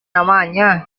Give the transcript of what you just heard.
namanya